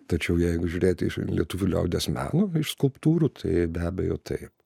tačiau jeigu žiūrėti iš lietuvių liaudies meno iš skulptūrų tai be abejo taip